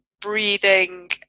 breathing